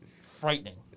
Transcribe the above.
frightening